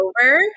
over